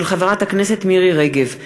הצעתה של חברת הכנסת מירי רגב.